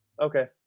Okay